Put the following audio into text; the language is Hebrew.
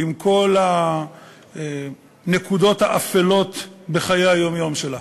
עם כל הנקודות האפלות בחיי היום-יום שלה.